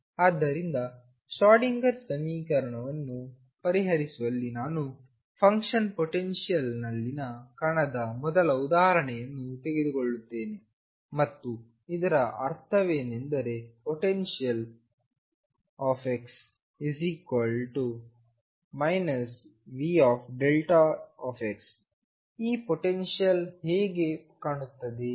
ಆದ್ದರಿಂದ ಶ್ರೋಡಿಂಗರ್ ಸಮೀಕರಣವನ್ನು ಪರಿಹರಿಸುವಲ್ಲಿ ನಾನು ಫಂಕ್ಷನ್ ಪೊಟೆನ್ಶಿಯಲ್ನಲ್ಲಿನ ಕಣದ ಮೊದಲ ಉದಾಹರಣೆಯನ್ನು ತೆಗೆದುಕೊಳ್ಳುತ್ತೇನೆ ಮತ್ತು ಇದರ ಅರ್ಥವೇನೆಂದರೆ ಪೊಟೆನ್ಶಿಯಲ್x V0δ ಈ ಪೊಟೆನ್ಶಿಯಲ್ ಹೇಗೆ ಕಾಣುತ್ತದೆ